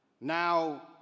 Now